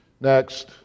Next